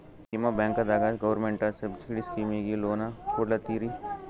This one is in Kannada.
ನಿಮ ಬ್ಯಾಂಕದಾಗ ಗೌರ್ಮೆಂಟ ಸಬ್ಸಿಡಿ ಸ್ಕೀಮಿಗಿ ಲೊನ ಕೊಡ್ಲತ್ತೀರಿ?